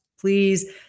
please